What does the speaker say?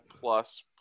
plus